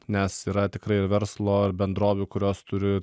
nes yra tikrai ir verslo ir bendrovių kurios turi